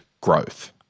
growth